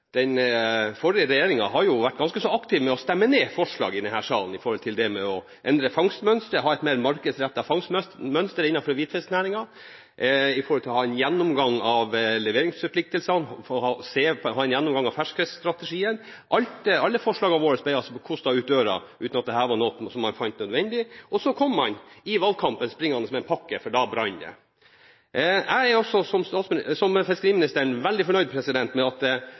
den forrige regjeringen har vært ganske så aktiv med hensyn til å stemme ned forslag i denne salen når det gjelder å endre fangstmønsteret, ha et mer markedsrettet fangstmønster innenfor hvitfisknæringen, ha en gjennomgang av leveringsforpliktelsene og ha en gjennomgang av ferskfiskstrategien. Alle forslagene våre ble kostet ut døra, uten at det var noe man fant nødvendig, og så kom man i valgkampen springende med en pakke, for da brant det. Jeg er som fiskeriministeren veldig fornøyd med at det